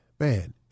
Man